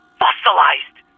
fossilized